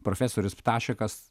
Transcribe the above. profesorius ptašekas